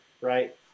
right